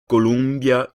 columbia